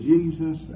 Jesus